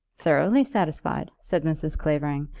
thoroughly satisfied, said mrs. clavering,